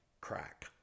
crack